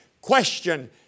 Question